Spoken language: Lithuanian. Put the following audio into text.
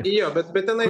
jo bet bet tenai